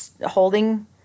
holding